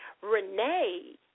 Renee